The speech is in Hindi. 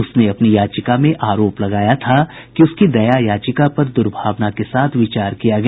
उसने अपनी याचिका में आरोप लगाया था कि उसकी दया याचिका पर दुर्भावना के साथ विचार किया गया